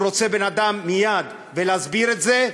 והוא רוצה בן-אדם מייד ולהסביר את זה,